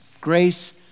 grace